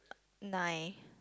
nine